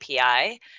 API